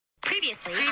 Previously